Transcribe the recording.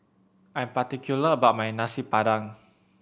I am particular about my Nasi Padang